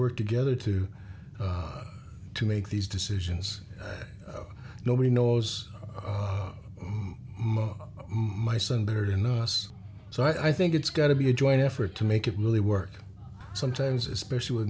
work together to to make these decisions nobody knows my son better than us so i think it's got to be a joint effort to make it really work sometimes especially with